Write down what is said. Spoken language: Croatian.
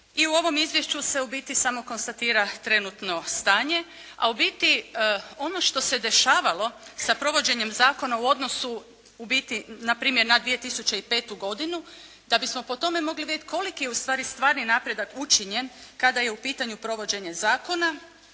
i u ovom izvješću se u biti samo konstatira trenutno stanje a u biti ono što se dešavalo sa provođenjem zakona u odnosu, u biti na primjer na 2005. godinu da bismo po tome mogli vidjeti koliki je ustvari stvarni napredak učinjen kada je u pitanju provođenje zakona